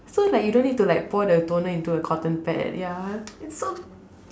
so like you don't need to like pour the toner into a cotton pad ya it's so